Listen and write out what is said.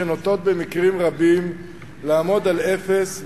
שנוטות במקרים רבים לעמוד על אפס,